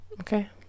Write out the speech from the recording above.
Okay